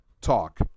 talk